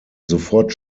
sofort